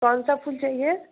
कौन सा फूल चाहिए